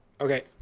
okay